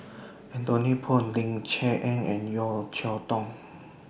Anthony Poon Ling Cher Eng and Yeo Cheow Tong